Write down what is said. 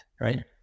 right